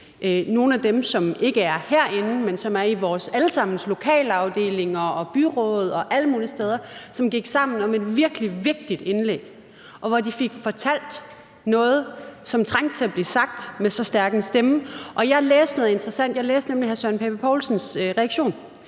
nogle af dem, som ikke er herinde, men som er i vores alle sammens lokalafdelinger, byråd og alle mulige steder, som gik sammen om et virkelig vigtigt indlæg, hvor de fik fortalt noget, som trængte til at blive sagt med så stærk en stemme. Jeg læste noget interessant, for jeg læste nemlig hr. Søren Pape Poulsens reaktion,